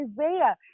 Isaiah